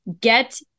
get